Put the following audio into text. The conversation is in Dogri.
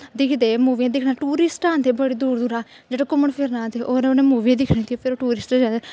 दिखदे मूवियां दिखदे टूरिस्ट औंदे बड़ी दूरा दूरा जेह्ड़े घूमन फिरन औंदे और मूवियां दिखदे फिर टूरिस्ट